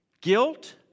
guilt